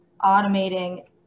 automating